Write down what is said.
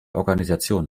organisation